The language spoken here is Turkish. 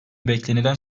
beklenilen